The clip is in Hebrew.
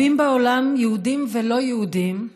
"רבים בעולם, יהודים ולא יהודים,